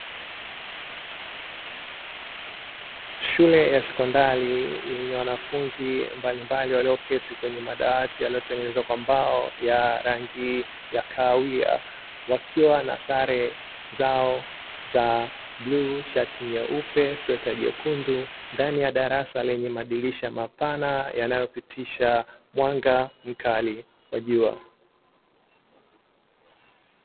Shule ya sekondari yenye wanafunzi mbalimbali walioketi kwenye madawati yaliyotengenezwa kwa mbao ya rangi ya kahawia wakiwa na sare zao za buluu, shati nyeupe, sweta jekundu ndani ya darasa lenye madirisha mapana yanayopitisha mwanga mkali wa jua.